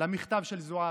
למכתב של זועבי.